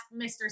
mr